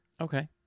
Okay